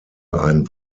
ein